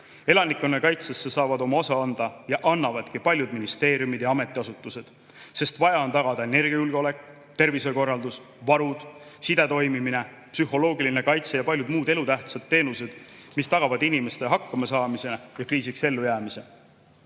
Elanikkonnakaitsesse saavad oma osa anda ja annavadki paljud ministeeriumid ja ametiasutused, sest vaja on tagada energiajulgeolek, tervishoiukorraldus, varud, side toimimine, psühholoogiline kaitse ja paljud muud elutähtsad teenused, mis tagavad inimeste hakkamasaamise ja kriisis ellujäämise.